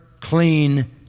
clean